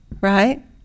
right